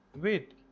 Wait